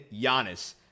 Giannis